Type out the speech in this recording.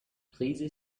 please